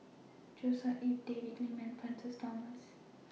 Joshua Ip David Lim and Francis Thomas